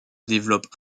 développent